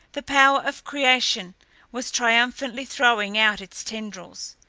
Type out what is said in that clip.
the power of creation was triumphantly throwing out its tendrils.